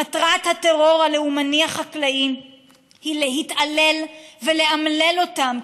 מטרת הטרור הלאומני החקלאי היא להתעלל ולאמלל אותם,